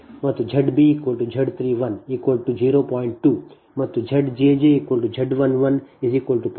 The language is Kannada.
2 ಮತ್ತು Z jj Z 11 0